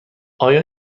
آیا